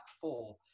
four